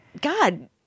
God